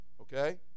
Okay